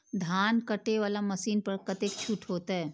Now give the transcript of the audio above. धान कटे वाला मशीन पर कतेक छूट होते?